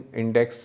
index